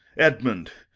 edmund,